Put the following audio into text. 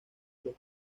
los